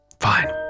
Fine